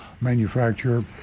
manufacturer